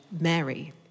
Mary